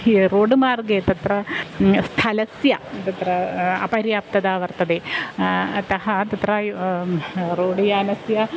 रोडु मार्गे तत्र स्थलस्य तत्र अपर्याप्तता वर्तते अतः तत्र एवं रोड यानस्य